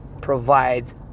provides